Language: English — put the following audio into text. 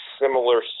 similar